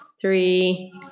three